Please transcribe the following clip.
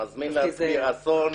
אני מזמין לעצמי אסון,